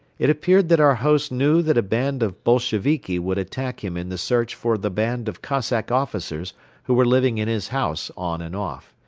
it appeared that our host knew that a band of bolsheviki would attack him in the search for the band of cossack officers who were living in his house on and off.